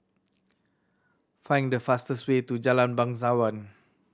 find the fastest way to Jalan Bangsawan